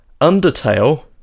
Undertale